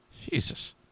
Jesus